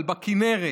אבל בכינרת,